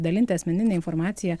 dalinti asmeninę informaciją